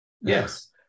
yes